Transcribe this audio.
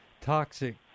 toxic